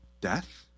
Death